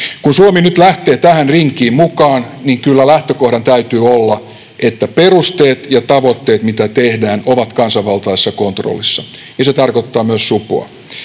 Kun Suomi nyt lähtee tähän rinkiin mukaan, niin kyllä lähtökohdan täytyy olla, että perusteet ja tavoitteet, mitä tehdään, ovat kansanvaltaisessa kontrollissa, ja se tarkoittaa myös supoa.